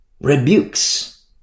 rebukes